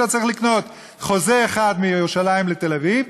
היית צריך לקנות חוזה אחד מירושלים לתל-אביב,